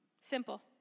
Simple